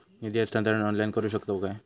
निधी हस्तांतरण ऑनलाइन करू शकतव काय?